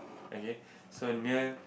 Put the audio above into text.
okay so near